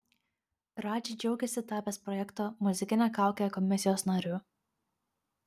radži džiaugiasi tapęs projekto muzikinė kaukė komisijos nariu